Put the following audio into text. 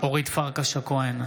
אורית פרקש הכהן,